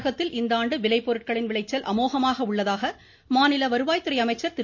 தமிழகத்தில் இந்தாண்டு விளைபொருட்களின் விளைச்சல் அமோகமாக உள்ளதாக மாநில வருவாய்துறை அமைச்சர் திரு